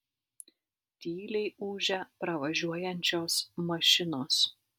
tyliai ūžia pravažiuojančios mašinos